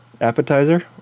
appetizer